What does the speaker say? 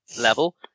level